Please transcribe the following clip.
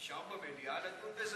אפשר במליאה לדון בזה?